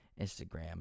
Instagram